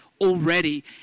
already